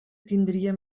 tindria